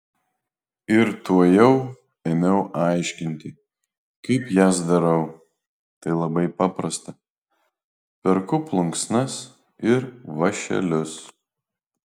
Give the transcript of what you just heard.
ir tuojau ėmiau aiškinti kaip jas darau tai labai paprasta perku plunksnas ir vąšelius